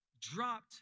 dropped